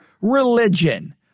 religion